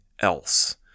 else